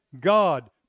God